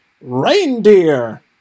reindeer